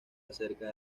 acerca